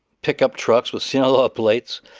pickup trucks with sinaloa plates.